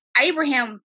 Abraham